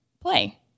play